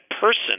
person